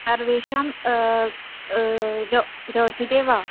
सर्वेषां जो रोचते वा